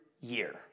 year